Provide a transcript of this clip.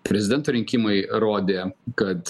prezidento rinkimai rodė kad